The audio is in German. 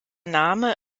name